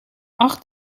acht